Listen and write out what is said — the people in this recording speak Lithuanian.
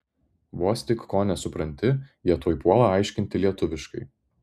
vos tik ko nesupranti jie tuoj puola aiškinti lietuviškai